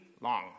long